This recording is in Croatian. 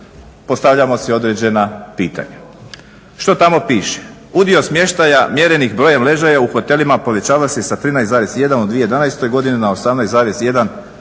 postavljamo si određena pitanja. Što tamo piše? Udio smještaja mjerenih brojem ležaja u hotelima povećava se sa 13,1 u 2011.na 18,1%